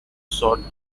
sought